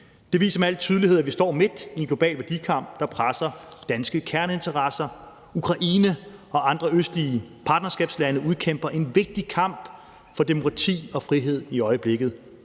Det viser med al tydelighed, at vi står midt i en global værdikamp, der presser danske kerneinteresser. Ukraine og andre østlige partnerskabslande udkæmper i øjeblikket en vigtig kamp for demokrati og frihed. Den kamp